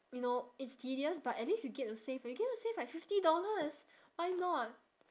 you know it's tedious but at least you get to save you get to save like fifty dollars why not